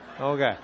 Okay